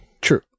True